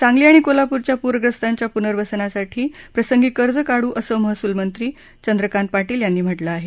सांगली आणि कोल्हापुरातल्या पूरग्रस्तांच्या पुनर्वसनासाठी यासाठी प्रसंगी कर्ज काढू असं महसुलमंत्री चंद्रकांत पाटील यांनी म्हटलं आहे